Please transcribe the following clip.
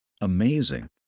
amazing